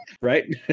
right